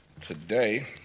today